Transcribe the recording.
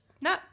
No